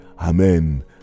Amen